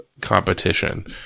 competition